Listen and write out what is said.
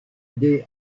idée